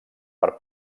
per